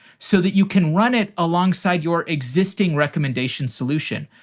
so that you can run it alongside your existing recommendation solution,